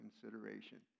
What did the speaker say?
consideration